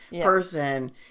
person